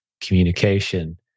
communication